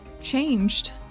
changed